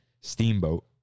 Steamboat